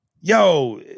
Yo